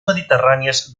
mediterrànies